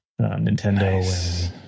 nintendo